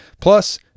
Plus